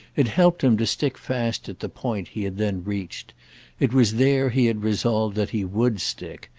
it helped him to stick fast at the point he had then reached it was there he had resolved that he would stick,